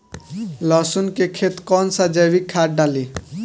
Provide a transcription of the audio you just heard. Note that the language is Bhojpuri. लहसुन के खेत कौन सा जैविक खाद डाली?